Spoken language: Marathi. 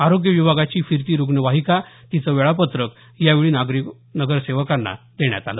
आरोग्य विभागाची फिरती रुग्णवाहिका तिचं वेळापत्रक यावेळी नगरसेवकांना देण्यात आलं